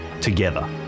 Together